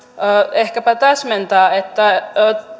ehkäpä täsmentää että